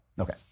Okay